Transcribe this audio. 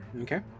Okay